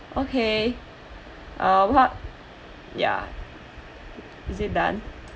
okay uh what ya is it done